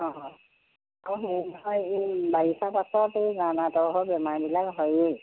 অঁ অঁ আৰু হেৰি নহয় এই বাৰিষা পাছত এই ৰাওণা পাৰত বেমাৰবিলাক হয়েই